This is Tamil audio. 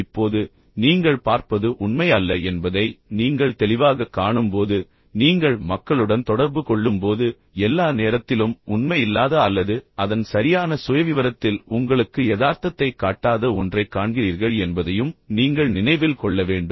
இப்போது நீங்கள் பார்ப்பது உண்மை அல்ல என்பதை நீங்கள் தெளிவாகக் காணும்போது நீங்கள் மக்களுடன் தொடர்பு கொள்ளும்போது எல்லா நேரத்திலும் உண்மை இல்லாத அல்லது அதன் சரியான சுயவிவரத்தில் உங்களுக்கு யதார்த்தத்தைக் காட்டாத ஒன்றைக் காண்கிறீர்கள் என்பதையும் நீங்கள் நினைவில் கொள்ள வேண்டும்